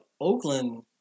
Oakland